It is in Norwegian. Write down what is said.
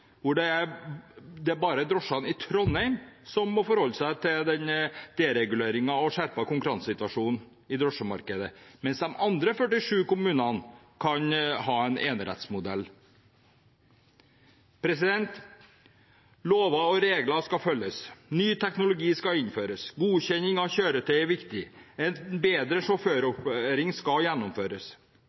hvor det er bare drosjene i Trondheim som må forholde seg til dereguleringen og den skjerpede konkurransesituasjonen i drosjemarkedet, mens de 47 andre kommunene kan ha en enerettsmodell. Lover og regler skal følges, ny teknologi skal innføres, godkjenning av kjøretøy er viktig, en bedre sjåføropplæring skal gjennomføres.